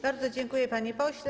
Bardzo dziękuję, panie pośle.